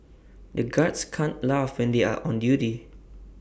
the guards can't laugh when they are on duty